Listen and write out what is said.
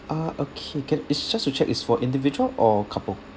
uh okay can it's just to check it's for individual or couple